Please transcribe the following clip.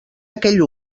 aquell